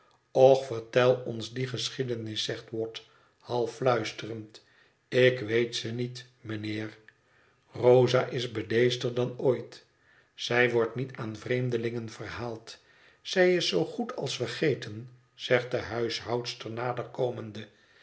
och vertel ons die geschiedenis zegt watt half fluisterend ik weet ze niet mijnheer rosa is bedeesder dan ooit zij wordt niet aan vreemdelingen verhaald zij is zoo goed als vergeten zegt de huishoudster nader komende